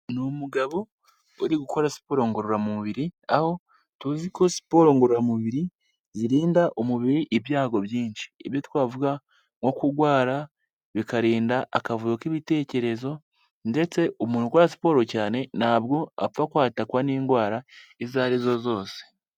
Ni umugabo uri gukora siporo ngororamubiri aho tuzi ko siporo ngororamubiri zirinda umubiri ibyago byinshi, ibyo twavuga nko kurwara, bikarinda akavuyo k'ibitekerezo ndetse umuntu urwa siporo cyane ntabwo apfa kwatakwa n'indwara izo arizo zose.